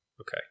Okay